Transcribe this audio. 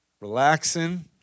relaxing